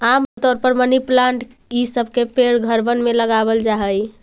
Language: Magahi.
आम तौर पर मनी प्लांट ई सब के पेड़ घरबन में लगाबल जा हई